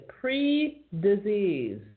pre-disease